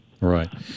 Right